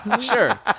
Sure